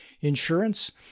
insurance